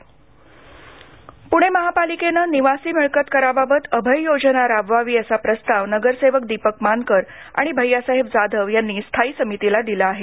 प्णे महापालिकेनं निवासी मिळकत कराबाबत अभय योजना राबवावी असा प्रस्ताव नगरसेवक दिपक मानकर आणि भैय्यासाहेब जाधव यांनी स्थायी समितीला दिला आहे